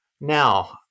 Now